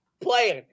playing